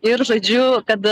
ir žodžiu kad